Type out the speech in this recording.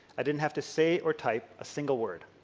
i didn't have to say or type a single word.